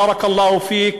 (אומר דברים בשפה הערבית,